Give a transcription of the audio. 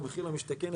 או מחיר למשתכן,